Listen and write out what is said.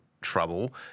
Trouble